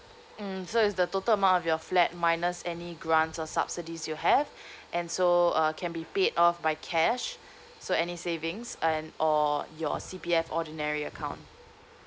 mm so is the total amount of your flat minus any grants or subsidies you have and so uh can be paid off by cash so any savings and or your C_P_F ordinary account